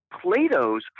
Plato's